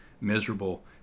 miserable